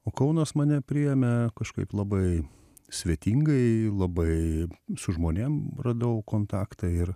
o kaunas mane priėmė kažkaip labai svetingai labai su žmonėm radau kontaktą ir